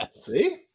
See